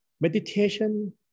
Meditation